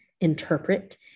interpret